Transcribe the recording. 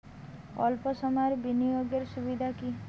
অল্প সময়ের বিনিয়োগ এর সুবিধা কি?